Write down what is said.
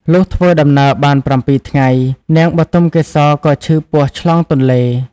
លុះធ្វើដំណើរបាន ៧ ថ្ងៃ នាងបុទមកេសរក៏ឈឺពោះឆ្លងទន្លេ។